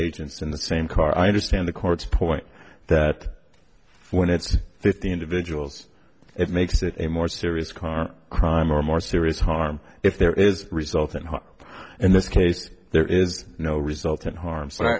agents in the same car i understand the court's point that when it's fifty individuals it makes it a more serious car crime or more serious harm if there is a result and in this case there is no resultant harm